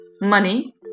Money